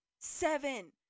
Seven